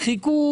חיכו